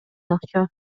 акча